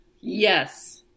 Yes